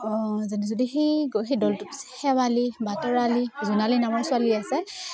যেনে যদি সেই সেই দৌলটো শেৱালি বা তৰালি জোণালী নামৰ ছোৱালী আছে